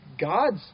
God's